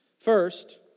first